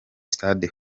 sitade